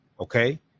okay